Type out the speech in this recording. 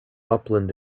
upland